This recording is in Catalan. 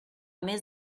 més